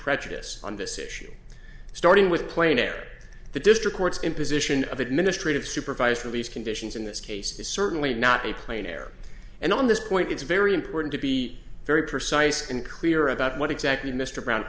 prejudice on this issue starting with plane air the district court's imposition of administrative supervised release conditions in this case is certainly not a plane air and on this point it's very important to be very precise and clear about what exactly mr brown